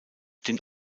den